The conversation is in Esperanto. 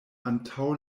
antaŭ